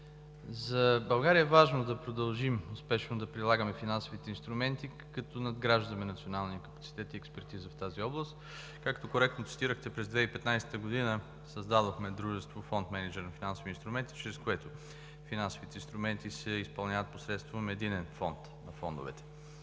за България е важно да продължим успешно да прилагаме финансовите инструменти, като надграждаме националния капацитет и експертиза в тази област. Както коректно цитирахте, през 2015 г. създадохме дружество „Фонд мениджър на финансови инструменти“, чрез което финансовите инструменти се изпълняват посредством единен Фонд на фондовете.